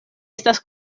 estas